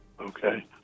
Okay